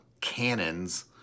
cannons